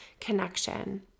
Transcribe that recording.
connection